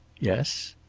yes.